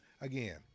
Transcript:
Again